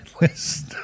list